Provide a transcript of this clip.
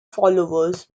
followers